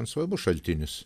svarbus šaltinis